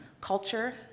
culture